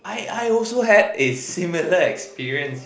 I I also had a similar experience